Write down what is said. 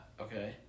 Okay